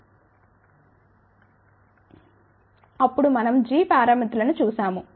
అప్పుడు మనం g పారామితులను చూశాము